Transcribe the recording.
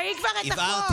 תקראי כבר את החוק.